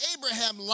Abraham